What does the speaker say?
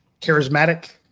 charismatic